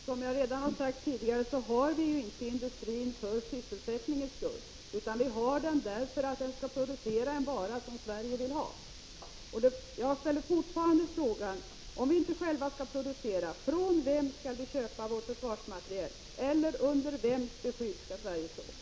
Fru talman! Som jag redan har sagt har vi inte denna industri för sysselsättningen skull, utan vi har den därför att den skall producera en vara som Sverige vill ha. Jag ställer fortfarande frågan: Om vi inte själva skall producera, från vem skall vi då köpa vår försvarsmateriel, eller under vems beskydd skall Sverige stå?